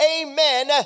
amen